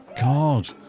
God